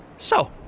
so.